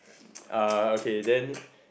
uh okay then